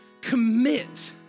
commit